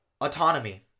autonomy